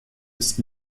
ist